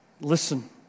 Listen